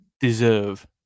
deserve